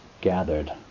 gathered